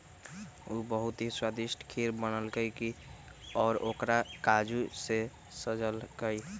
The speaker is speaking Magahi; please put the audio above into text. उ बहुत ही स्वादिष्ट खीर बनल कई और ओकरा काजू से सजल कई